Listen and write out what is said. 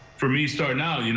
for me starting out,